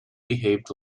behaved